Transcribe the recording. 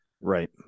Right